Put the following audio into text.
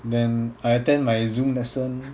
then I attend my Zoom lesson